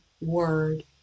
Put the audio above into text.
word